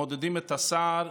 מודדים את השיער,